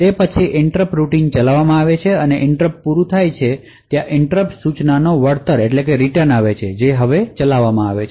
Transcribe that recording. તે પછી interrupt routine ચલાવવામાં આવે છે અને ઇન્ટૃપ્ત પૂરું થાય છે ત્યાં ઇન્ટૃપ્ત સૂચનાનો રિટર્ન આવે છે જે હવે ચલાવવામાં આવે છે